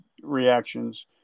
reactions